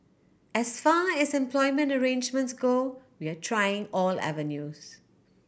as far as employment arrangements go we are trying all avenues